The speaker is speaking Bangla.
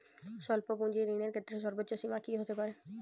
স্বল্প পুঁজির ঋণের ক্ষেত্রে সর্ব্বোচ্চ সীমা কী হতে পারে?